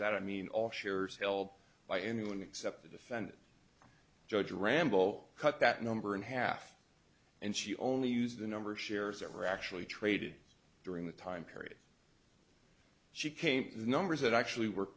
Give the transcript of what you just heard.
that i mean all shares held by anyone except the defendant judge ramble cut that number in half and she only used the number of shares that were actually traded during the time period she came in the numbers that actually w